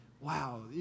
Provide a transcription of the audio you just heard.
wow